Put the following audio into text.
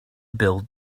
build